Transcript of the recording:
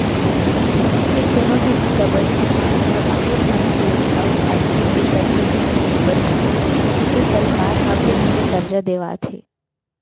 किसानी के कोनो भी बूता बर किसान ल बाहिर म सेठ, साहूकार तीर ले करजा झन लिये बर परय कइके सरकार ह बेंक ले करजा देवात हे